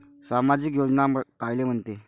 सामाजिक योजना कायले म्हंते?